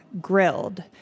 Grilled